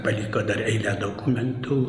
paliko dar eilę dokumentų